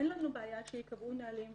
אין לנו בעיה שייקבעו נהלים,